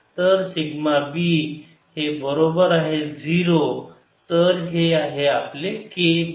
तर sigma B हे बरोबर आहे 0 तर हे आहे आपले kb